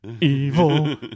evil